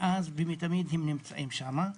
מאז ומתמיד הם נמצאים שם.